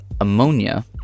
ammonia